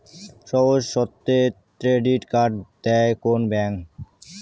সহজ শর্তে credit card দেয় কোন ব্যাংক?